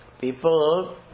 people